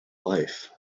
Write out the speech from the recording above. life